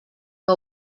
que